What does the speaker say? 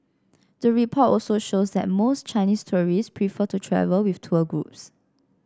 the report also shows that most Chinese tourists prefer to travel with tour groups